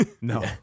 No